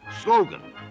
slogan